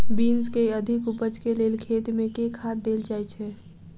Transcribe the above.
Beans केँ अधिक उपज केँ लेल खेत मे केँ खाद देल जाए छैय?